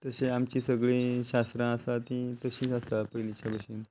तशी आमची सगळी शास्त्रां आसा ती तशींच आसता पयलींच्या भशेन